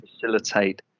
facilitate